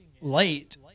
late